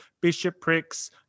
bishoprics